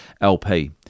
LP